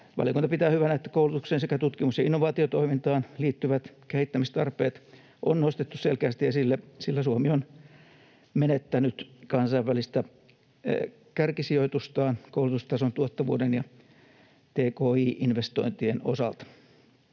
Valiokunta pitää hyvänä, että koulutukseen sekä tutkimus- ja innovaatiotoimintaan liittyvät kehittämistarpeet on nostettu selkeästi esille, sillä Suomi on menettänyt kansainvälistä kärkisijoitustaan koulutustason tuottavuuden ja tki-investointien osalta.